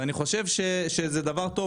ואני חושב שזה דבר טוב,